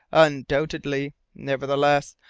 undoubtedly. nevertheless,